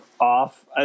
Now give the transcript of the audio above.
off